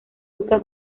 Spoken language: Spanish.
busca